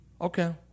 Okay